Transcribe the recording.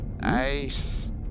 Nice